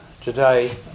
today